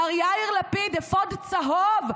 מר יאיר לפיד אפוד צהוב,